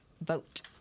vote